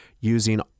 using